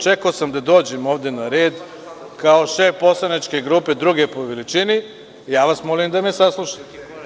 Čekao sam da dođem ovde na red kao šef poslaničke grupe druge po veličini i ja vas molim da me salušate.